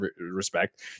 respect